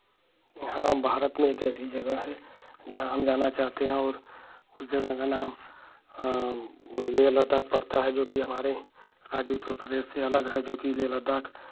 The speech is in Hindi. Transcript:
हाँ भारत में एक ऐसी जगह है जहाँ हम जाना चाहते हैं और उस जगह का नाम लेह लद्दाख पड़ता है जोकि हमारे राज्य उत्तरप्रदेश से अलग है जोकि लेह लद्दाख